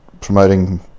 promoting